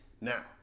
now